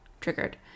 triggered